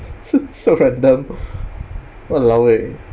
s~ so random !walao! eh